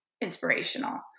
inspirational